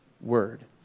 word